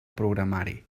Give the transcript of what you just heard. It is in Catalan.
programari